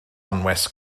anwes